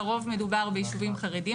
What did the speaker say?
לרוב מדובר ביישובים חרדיים,